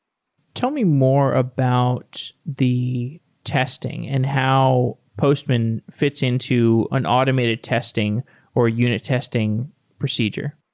tell me more about the testing and how postman fits into an automated testing or unit testing procedure.